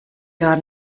gar